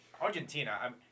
Argentina